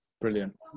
Brilliant